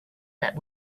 that